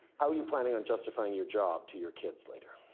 how are you planning on justifying your job to your kids later?